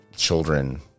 Children